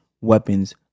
weapons